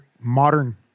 modern